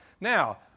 Now